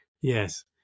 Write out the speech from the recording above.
Yes